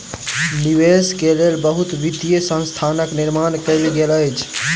निवेश के लेल बहुत वित्तीय संस्थानक निर्माण कयल गेल अछि